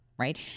Right